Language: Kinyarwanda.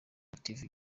active